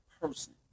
person